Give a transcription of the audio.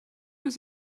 does